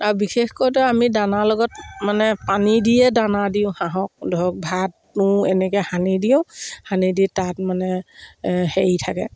আৰু বিশেষকৈটো আমি দানাৰ লগত মানে পানী দিয়ে দানা দিওঁ হাঁহক ধৰক ভাত তুঁহ এনেকৈ সানি দিওঁ সানি দি তাত মানে হেৰি থাকে